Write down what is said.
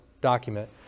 document